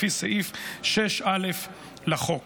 לפי סעיף 6א לחוק.